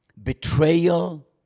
betrayal